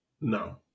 No